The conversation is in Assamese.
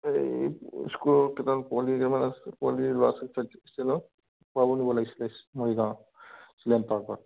এই স্কুলৰ কেইটামান পোৱালি কেইটামান আছে পোৱালি ল'ৰা ছোৱালী হোষ্টেলৰ ফুৰাব নিব লাগিছিল মৰিগাঁও চিলড্ৰেন পাৰ্কত